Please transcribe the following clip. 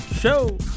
show